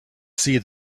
see